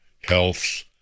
health